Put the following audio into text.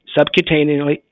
subcutaneously